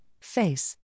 Face